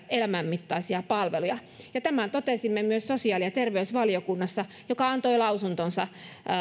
elämänmittaisia palveluja ja tämän totesimme myös sosiaali ja terveysvaliokunnassa joka antoi lausuntonsa